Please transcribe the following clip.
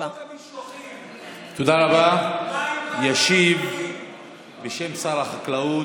מה עם חוק המשלוחים?